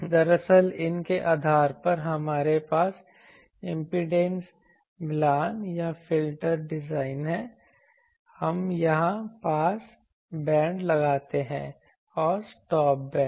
दरअसल इन के आधार पर हमारे पास इम्पीडेंस मिलान या फिल्टर डिजाइन हैं हम यहां पास बैंड लगाते हैं और स्टॉप बैंड